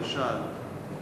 למשל,